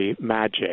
magic